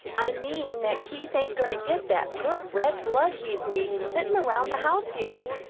i mean that keith ain't goin' to get that good red blood he's needin' sittin' round the house here.